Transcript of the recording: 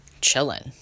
chilling